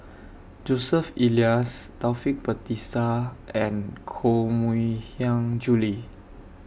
Joseph Elias Taufik Batisah and Koh Mui Hiang Julie